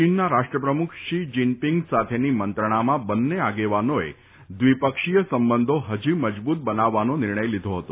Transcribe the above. ચીનના રાષ્ટ્રપ્રમુખ Xi Jinping સાથેની મંત્રણામાં બંને આગેવાનોએ દ્વિપક્ષીય સંબંધો ફજી મજબુત બનાવવાનો નિર્ણય લીધો ફતો